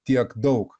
tiek daug